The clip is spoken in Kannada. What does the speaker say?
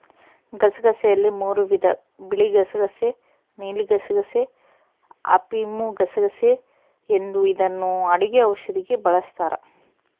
ಗಸಗಸೆಯಲ್ಲಿ ಮೂರೂ ವಿಧ ಬಿಳಿಗಸಗಸೆ ನೀಲಿಗಸಗಸೆ, ಅಫಿಮುಗಸಗಸೆ ಎಂದು ಇದನ್ನು ಅಡುಗೆ ಔಷಧಿಗೆ ಬಳಸ್ತಾರ